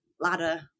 ladder